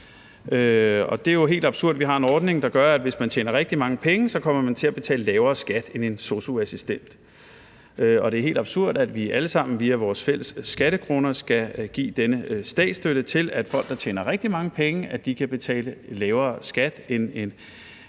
det er jo helt absurd, at vi har en ordning, der gør, at hvis man tjener rigtig mange penge, kommer man til at betale lavere skat end en sosu-assistent. Og det er helt absurd, at vi alle sammen via vores fælles skattekroner skal give statsstøtte til, at folk, der tjener rigtig mange penge, kan betale lavere skat end